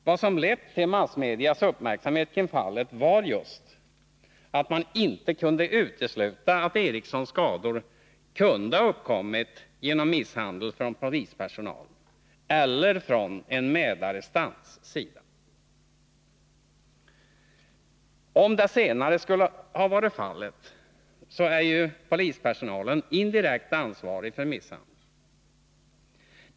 Vad som lett till massmedias uppmärksamhet kring fallet var just att man inte kunde utesluta att Erikssons skador kunde ha uppkommit till följd av misshandel från polispersonals eller från medarrestants sida. Om det senare skulle ha varit fallet, är ju polispersonalen indirekt ansvarig för misshandeln.